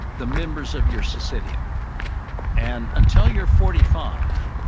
the members of your sesedia and until you're forty five,